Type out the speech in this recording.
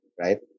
right